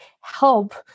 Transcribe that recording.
help